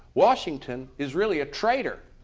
washington is really a traitor,